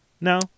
no